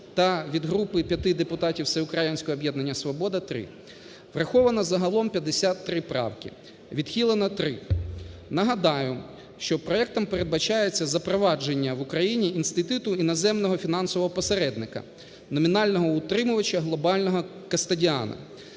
та від групи п'яти депутатів Всеукраїнського об'єднання "Свобода" – 3. Враховано загалом 53 правки, відхилено 3. Нагадаю, що проектом передбачається запровадження в Україні інституту іноземного фінансового посередника, номінального утримувача глобального кастодіана.